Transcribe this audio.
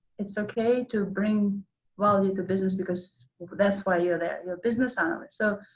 it's okay to bring value to business because that's why you're there. you're business analysts. so